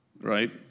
right